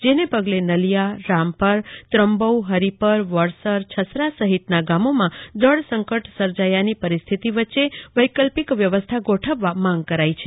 જેને પગલે નલિયા રામપર ત્રંબો હરિપર વડસર છસરા સહિતના ગામોમાં જળસંકટ સર્જાયાની પરિસ્થિતિ વચ્ચે વૈકલ્પિક વ્યવસ્થા ગોઠવવા માંગ કરાઈ છે